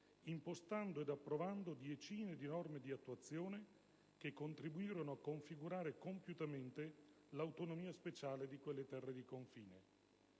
impostando ed approvando diecine di norme di attuazione, che contribuirono a configurare compiutamente l'autonomia speciale di quelle terre di confine.